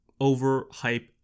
overhype